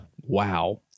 Wow